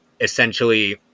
essentially